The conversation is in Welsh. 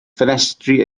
ffenestri